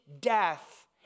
death